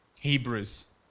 Hebrews